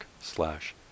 slash